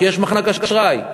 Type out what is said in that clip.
כי יש מחנק אשראי.